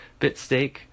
Bitstake